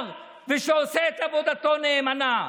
ואני רוצה לומר לך,